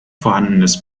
vorhandenes